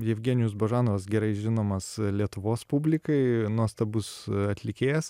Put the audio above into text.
jevgenijus božanovas gerai žinomas lietuvos publikai nuostabus atlikėjas